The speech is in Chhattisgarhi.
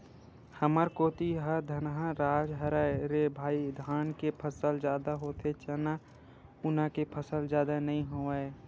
हमर कोती ह धनहा राज हरय रे भई धाने के फसल जादा लेथे चना उना के फसल जादा नइ लेवय